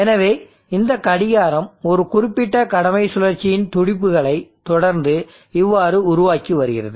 எனவே இந்த கடிகாரம் ஒரு குறிப்பிட்ட கடமை சுழற்சியின் துடிப்புகளை தொடர்ந்து இவ்வாறு உருவாக்கி வருகிறது